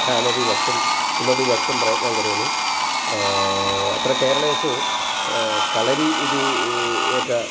कामपि वक्तुं किमपि वक्तुं प्रयत्नं करोमि अत्र केरळेषु कळरि इति एका